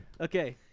Okay